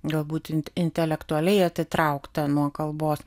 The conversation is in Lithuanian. galbūt in intelektualiai atitrauktą nuo kalbos